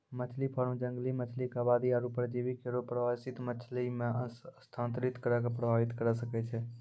मछरी फार्म जंगली मछरी क आबादी आरु परजीवी केरो प्रवासित मछरी म स्थानांतरित करि कॅ प्रभावित करे सकै छै